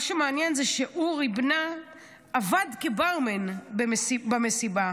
מה שמעניין זה שאורי בנה עבד כברמן במסיבה,